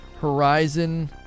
Horizon